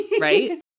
right